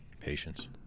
patience